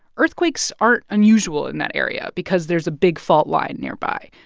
earthquakes aren't unusual in that area because there's a big fault line nearby.